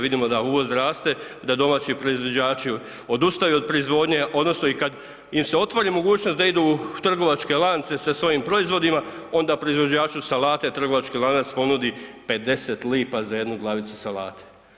Vidimo da uvoz raste, da domaći proizvođači odustaju od proizvodnje odnosno i kad im se otvori mogućnost, da idu u trgovačke lance sa svojim proizvodima, onda proizvođaču salate trgovački lanac ponudi 50 lp za jednu glavicu salate.